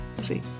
See